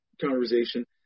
conversation